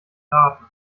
daten